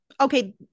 okay